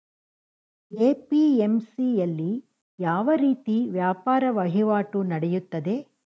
APMC ಯಲ್ಲಿ ಯಾವ ರೀತಿ ವ್ಯಾಪಾರ ವಹಿವಾಟು ನೆಡೆಯುತ್ತದೆ?